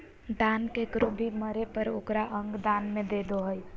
दान केकरो भी मरे पर ओकर अंग दान में दे दो हइ